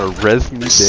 ah resins